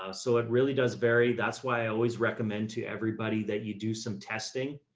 ah so it really does vary. that's why i always recommend to everybody that you do some testing